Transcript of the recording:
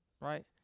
right